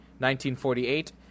1948